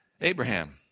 Abraham